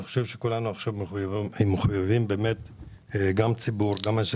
אני חושב שכולנו מחויבים גם אנשי